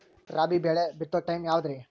ರಾಬಿ ಬೆಳಿ ಬಿತ್ತೋ ಟೈಮ್ ಯಾವದ್ರಿ?